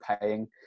paying